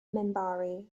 minbari